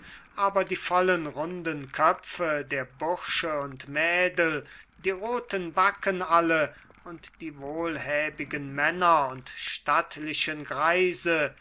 aber die vollen runden köpfe der bursche und mädel die roten backen alle und die wohlhäbigen männer und stattlichen greise